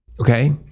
Okay